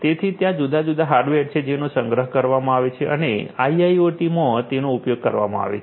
તેથી ત્યાં જુદા જુદા હાર્ડવેર છે જેનો સંગ્રહ કરવામાં આવે છે અને આઈઆઈઓટી માં તેનો ઉપયોગ કરવામાં આવે છે